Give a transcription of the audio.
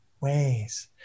ways